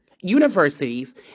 universities